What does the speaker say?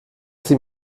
sie